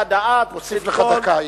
אוסיף לך דקה.